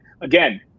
again